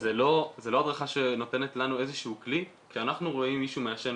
זו לא הדרכה שנותנת לנו איזה שהוא כלי כשאנחנו רואים מישהו מעשן